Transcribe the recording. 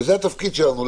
וזה התפקיד שלנו,